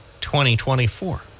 2024